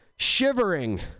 Shivering